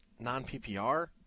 Non-PPR